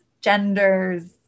genders